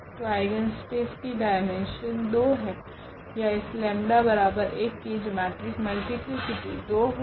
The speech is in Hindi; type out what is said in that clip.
तो आइगनस्पेस की डाईमेन्शन 2 है या इस लेम्डा 𝜆 बराबर 1 की जिओमेट्रिक मल्टीप्लीसिटी 2 होगी